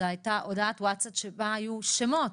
זו הייתה הודעת ווטסאפ שבה היו שמות.